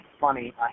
funny